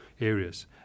areas